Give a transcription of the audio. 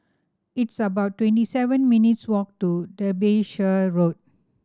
it's about twenty seven minutes' walk to Derbyshire Road